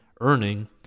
earning